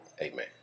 amen